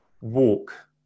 walk